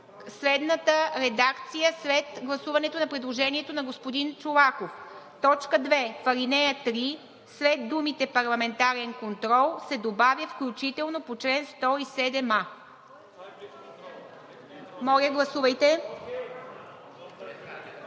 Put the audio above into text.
следната редакция, след гласуването на предложението на господин Чолаков: „2. В ал. 3 след думите „парламентарен контрол“ се добавя „включително по чл. 107а“. Гласували